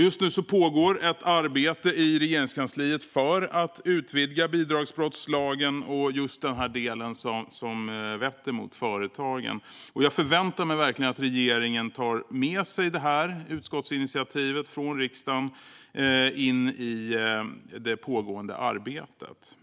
Just nu pågår ett arbete i Regeringskansliet för att utvidga bidragsbrottslagen och just den del som rör företagen. Jag förväntar mig att regeringen tar med sig detta utskottsinitiativ från riksdagen in det i det pågående arbetet.